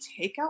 takeout